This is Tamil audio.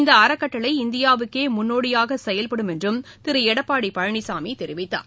இந்த அறக்கட்டளை இந்தியாவுக்கே முன்னோடியாக செயல்படும் என்றும் திரு எடப்பாடி பழனிசாமி தெரிவித்தார்